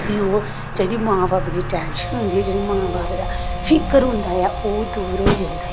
फ्ही ओह् जेह्ड़ी मां बब्ब दी टैंशन होंदी ऐ जेह्ड़ी मां बब्ब दा फिकर होंदा ऐ ओह् दूर होई जंदा ऐ